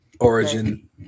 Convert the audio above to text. Origin